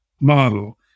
model